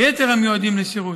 כמו ליתר המיועדים לשירות.